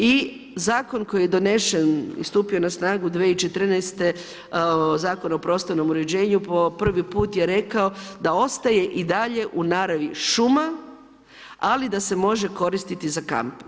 I Zakon koji je donesen i stupio na snagu 2014. godine, Zakon o prostornom uređenju, po prvi put je rekao da ostaje i dalje u naravi šuma, ali da se može koristi za kamp.